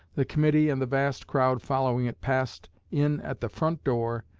the committee and the vast crowd following it passed in at the front door,